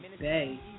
Bay